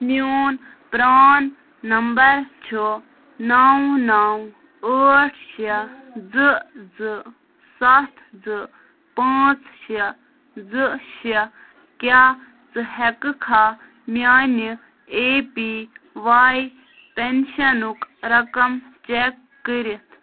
میون پرٛان نمبر چھُ نو نو ٲٹھ شےٚ زٕ زٕ سَتھ زٕ پانژھ شےٚ زٕ شےٚ کیٛاہ ژٕ ہیٚکہٕ کھا میٛانہِ اے پی وای پٮ۪نشَنُک رقم چیک کٔرِتھ